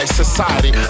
society